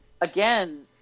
again